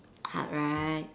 hard right